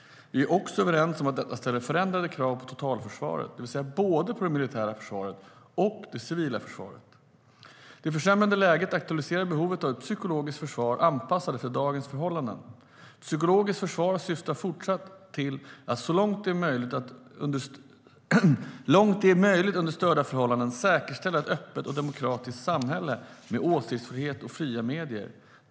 Vi är också överens om att detta ställer förändrade krav på totalförsvaret, det vill säga både på det militära försvaret och på det civila försvaret. Det försämrade läget aktualiserar behovet av ett psykologiskt försvar anpassat till dagens förhållanden. Psykologiskt försvar syftar fortsatt till att så långt det är möjligt under störda förhållanden säkerställa ett öppet och demokratiskt samhälle med åsiktsfrihet och fria medier.